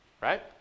right